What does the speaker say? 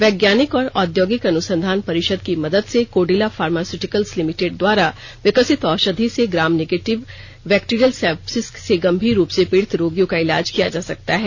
वैज्ञानिक और औद्योगिक अनुसंधान परिषद की मदद से कैडिला फार्मास्यूटिकल्स लिमिटेड द्वारा विकसित औषधि से ग्राम नेगेटिव बेक्टीरियल सैप्सिस से गंभीर रूप से पीडित रोगियों का इलाज किया जा सकता है